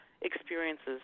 experiences